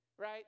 right